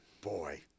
Boy